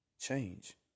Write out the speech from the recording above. change